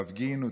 תפגינו,